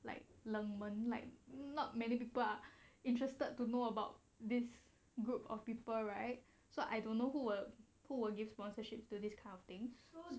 like 冷门 like not many people are interested to know about this group of people right so I don't know who will give sponsorship to this kind of thing so